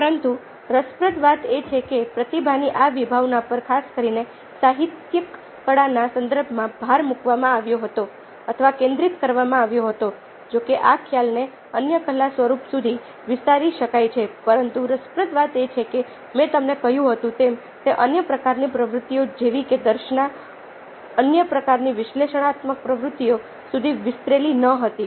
પરંતુ રસપ્રદ વાત એ છે કે પ્રતિભાની આ વિભાવના પર ખાસ કરીને સાહિત્યિક કળાના સંદર્ભમાં ભાર મૂકવામાં આવ્યો હતો અથવા કેન્દ્રિત કરવામાં આવ્યો હતો જો કે આ ખ્યાલને અન્ય કલા સ્વરૂપો સુધી વિસ્તારી શકાય છે પરંતુ રસપ્રદ વાત એ છે કે મેં તમને કહ્યું તેમ તે અન્ય પ્રકારની પ્રવૃત્તિઓ જેવી કે દર્શના અન્ય પ્રકારની વિશ્લેષણાત્મક પ્રવૃત્તિઓ સુધી વિસ્તરેલી ન હતી